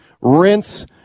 rinse